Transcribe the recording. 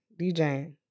DJing